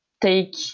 take